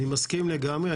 אני מסכים לגמרי.